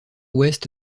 ouest